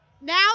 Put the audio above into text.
Now